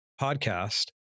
podcast